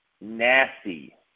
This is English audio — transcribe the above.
nasty